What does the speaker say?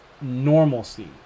normalcy